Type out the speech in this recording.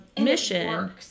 mission